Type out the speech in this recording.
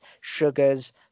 sugars